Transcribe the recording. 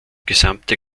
gesamte